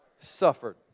suffered